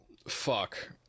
fuck